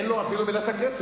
אין לו אפילו מילת קסם.